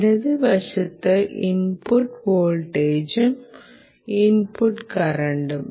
ഇടത് വശത്ത് ഇൻപുട്ട് വോൾട്ടേജും ഇൻപുട്ട് കറന്റും